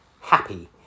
happy